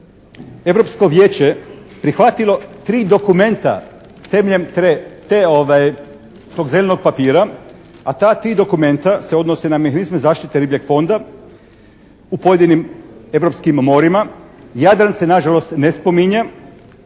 Europsko Vijeće prihvatilo tri dokumenta temeljem tog zelenog papira, a ta tri dokumenta se odnose na mehanizme zaštite ribljeg fonda u pojedinim europskim morima, Jadran se na žalost ne spominje,